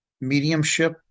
mediumship